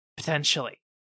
Potentially